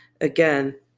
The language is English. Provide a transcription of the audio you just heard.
again